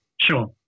Sure